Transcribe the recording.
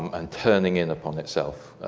um and turning in upon itself.